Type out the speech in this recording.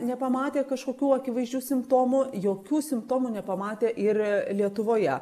nepamatė kažkokių akivaizdžių simptomų jokių simptomų nepamatė ir lietuvoje